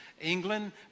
England